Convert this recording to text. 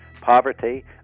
poverty